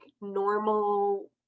normal